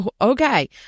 Okay